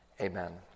Amen